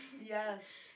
Yes